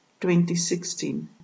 2016